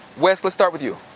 wes, let's start with you.